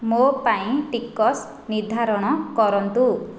ମୋ ପାଇଁ ଟିକସ ନିର୍ଦ୍ଧାରଣ କରନ୍ତୁ